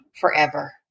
forever